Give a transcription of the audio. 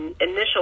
initial